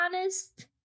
honest